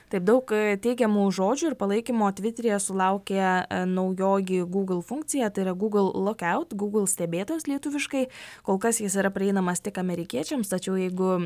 taip daug teigiamų žodžių ir palaikymo tviteryje sulaukė naujoji gūgl funkcija tai yra gūgl luk aut gūgl stebėtojas lietuviškai kol kas jis yra prieinamas tik amerikiečiams tačiau jeigu